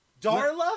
Darla